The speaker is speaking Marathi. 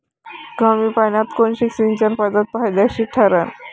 कमी पान्यात कोनची सिंचन पद्धत फायद्याची ठरन?